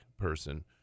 person